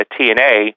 TNA